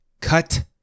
Cut